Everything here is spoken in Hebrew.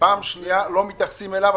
בפעם השנייה לא מתייחסים אליהם.